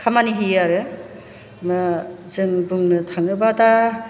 खामानि होयो आरो जों बुंनो थाङोबा दा